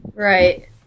Right